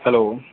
hello